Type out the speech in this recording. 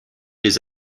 les